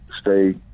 stay